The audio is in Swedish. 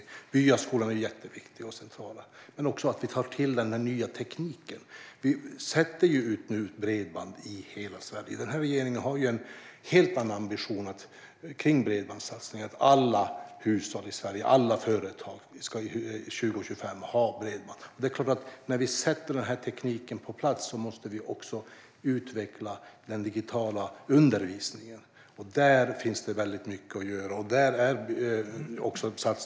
Byskolor är jätteviktiga, men vi måste också ta till den nya tekniken. Nu blir det bredband i hela Sverige. Regeringens ambition är att alla hushåll och företag i Sverige ska ha bredband 2025. När vi sätter denna teknik på plats måste vi också utveckla den digitala undervisningen, och här finns mycket att göra.